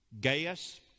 Gaius